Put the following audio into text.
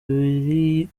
ibiri